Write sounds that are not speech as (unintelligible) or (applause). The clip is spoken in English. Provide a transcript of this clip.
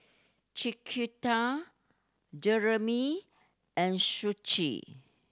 Chiquita Jeramy and (unintelligible)